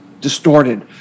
distorted